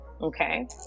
Okay